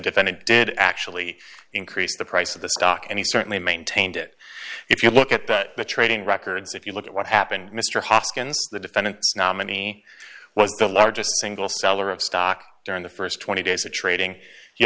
defendant did actually increase the price of the stock and he certainly maintained it if you look at the trading records if you look at what happened mr hoskins the defendant nominee was the largest single seller of stock during the st twenty days of trading